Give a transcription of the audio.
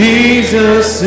Jesus